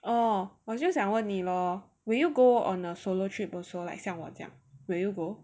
oh 我就想问你咯 will you go on a solo trip also like 像我这样 will you go